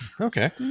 okay